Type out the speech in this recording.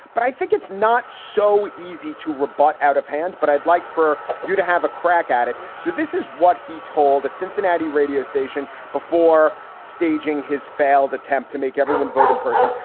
but i think it's not so easy to rebut out-of-hand. but i'd like for you to have a crack at it. so this is what he told a cincinnati radio station before staging his failed attempt to make everyone vote in person.